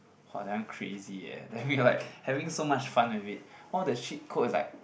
!wah! that one crazy eh then we are like having so much fun with it all the cheat codes is like